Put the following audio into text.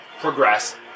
progress